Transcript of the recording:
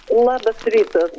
labas rytas